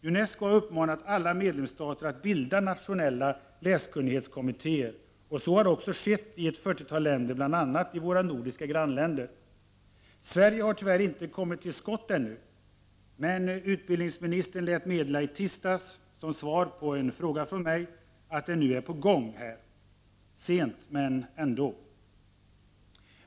UNESCO har uppmanat alla medlemsstater att bilda nationella läskunnighetskommittér och så har också skett i ett 40-tal länder, bl.a. i våra nordiska grannländer. Sverige har tyvärr inte kommit till skott ännu. Men utbildningsministern lät meddela i tisdags, som svar på en fråga från mig, att det nu är på gång. Sent — men ändå.